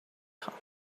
خوام